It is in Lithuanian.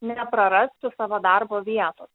neprarastų savo darbo vietos